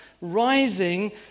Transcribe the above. rising